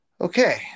Okay